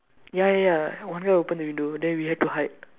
ya ya ya one guy open the window then we had to hide